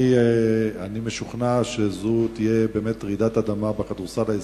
אני משוכנע שזו תהיה באמת רעידת אדמה בכדורסל הישראלי: